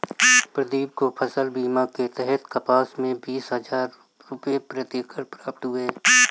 प्रदीप को फसल बीमा के तहत कपास में बीस हजार रुपये प्रति एकड़ प्राप्त हुए